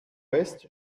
west